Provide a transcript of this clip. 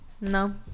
no